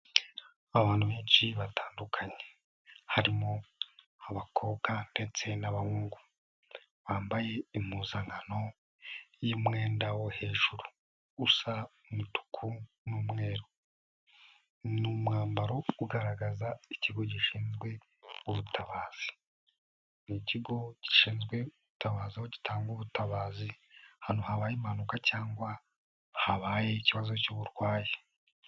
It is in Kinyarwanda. Abantu benshi batandukanye harimo abakobwa ndetse n'abahungu, bambaye impuzankano y'umwenda wo hejuru usa umutuku n'umweru. Ni umwambaro ugaragaza ikigo gishinzwe ubutabazi. Ni ikigo gishinzwe gutanga ubutabazi ahantu habaye impanuka cyangwa habaye ikibazo cy'uburwayi.